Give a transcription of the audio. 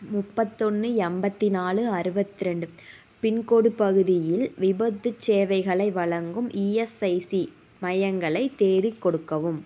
முப்பத்தொன்று எண்பத்தி நாலு அறுபத்ரெண்டு பின்கோடு பகுதியில் விபத்துச் சேவைகளை வழங்கும் இஎஸ்ஐசி மையங்களை தேடி கொடுக்கவும்